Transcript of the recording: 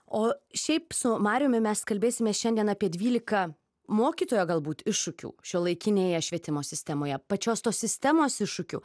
o šiaip su mariumi mes kalbėsime šiandien apie dvylika mokytojo galbūt iššūkių šiuolaikinėje švietimo sistemoje pačios tos sistemos iššūkių